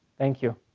thank you.